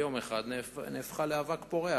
ביום אחד הפכה לאבק פורח.